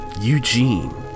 Eugene